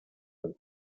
und